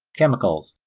chemicals,